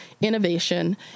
innovation